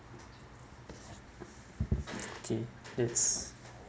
okay that's